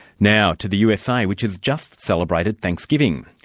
now to the usa, which has just celebrated thanksgiving.